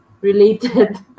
related